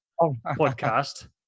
podcast